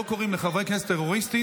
לא קוראים לחברי כנסת טרוריסטים.